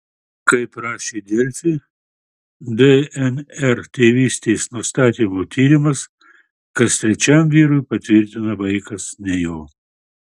kaip rašė delfi dnr tėvystės nustatymo tyrimas kas trečiam vyrui patvirtina vaikas ne jo